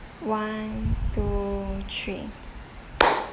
one two three